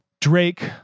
Drake